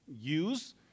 use